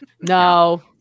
No